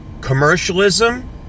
commercialism